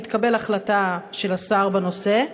1. מתי תתקבל החלטה של השר בנושא?